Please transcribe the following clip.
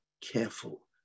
careful